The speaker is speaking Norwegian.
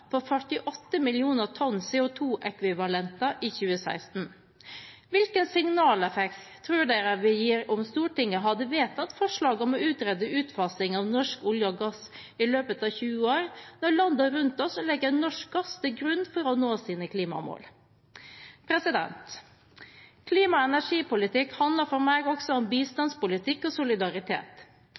på 48 millioner tonn CO 2 -ekvivalenter i 2016. Hvilken signaleffekt ville det gitt om Stortinget hadde vedtatt forslaget om å utrede utfasing av norsk olje og gass i løpet av 20 år, når landene rundt oss legger norsk gass til grunn for å nå sine klimamål? Klima- og energipolitikk handler for meg også om bistandspolitikk og solidaritet.